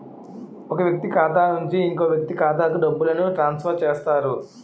ఒక వ్యక్తి ఖాతా నుంచి ఇంకో వ్యక్తి ఖాతాకు డబ్బులను ట్రాన్స్ఫర్ చేస్తారు